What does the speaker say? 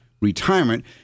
retirement